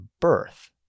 birth